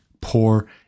poor